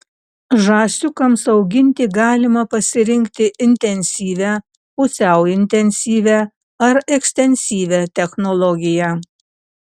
žąsiukams auginti galima pasirinkti intensyvią pusiau intensyvią ar ekstensyvią technologiją